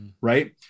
Right